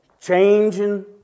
Changing